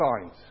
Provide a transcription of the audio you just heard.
signs